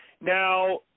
Now